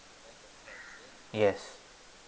yes